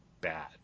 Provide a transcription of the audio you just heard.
bad